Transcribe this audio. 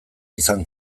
izan